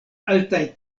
altaj